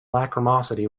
lachrymosity